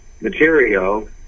material